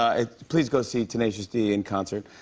ah please go see tenacious d in concert.